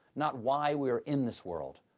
not why we are in this world.